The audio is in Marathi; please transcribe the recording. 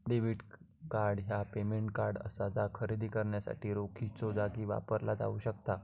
डेबिट कार्ड ह्या पेमेंट कार्ड असा जा खरेदी करण्यासाठी रोखीच्यो जागी वापरला जाऊ शकता